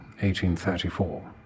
1834